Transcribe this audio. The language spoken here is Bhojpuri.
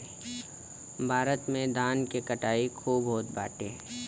भारत में धान के कटाई खूब होत बाटे